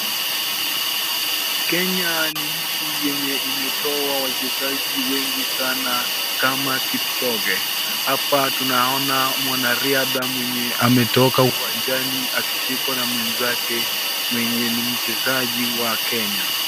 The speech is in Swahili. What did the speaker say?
Kenya ni nchi yenye imetoa wachezaji wengi sana kama Kipchoge. Hapa tunaona mwanariadha mwenye ametoka uwanjani akishikwa na mwenzake mwenye ni mchezaji wa Kenya.